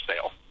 sale